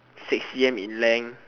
six c_m in length